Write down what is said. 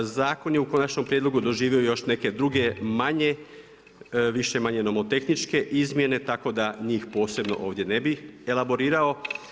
Zakon je u konačnom prijedlogu doživio još neke druge manje više-manje nomotehničke izmjene tako da njih posebno ovdje ne bih elaborirao.